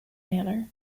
manner